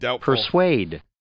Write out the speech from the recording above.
Persuade